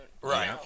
Right